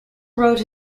wrote